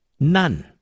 None